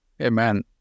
Amen